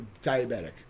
diabetic